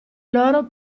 loro